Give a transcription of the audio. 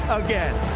again